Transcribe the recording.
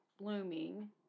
blooming